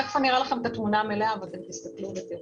תכף אני אראה לכם את התמונה המלאה ותוכלו לראות.